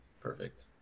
perfect